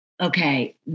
Okay